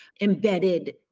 embedded